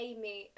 Amy